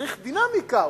צריך דינמיקה.